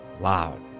loud